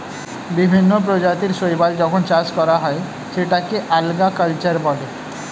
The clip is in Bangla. বিভিন্ন প্রজাতির শৈবাল যখন চাষ করা হয় সেটাকে আল্গা কালচার বলে